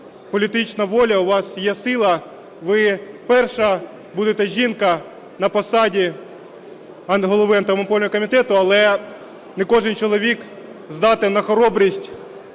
політична воля, у вас є сила, ви перша будете жінка на посаді Голови Антимонопольного комітету, але не кожен чоловік здатен на хоробрість,